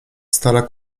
stara